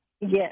Yes